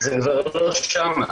זה כבר לא שם,